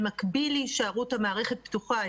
במקביל להישארות המערכת פתוחה,